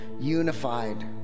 unified